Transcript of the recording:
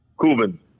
Cuban